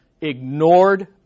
ignored